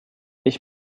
ich